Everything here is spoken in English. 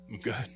Good